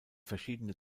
verschiedene